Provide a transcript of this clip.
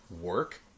work